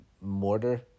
mortar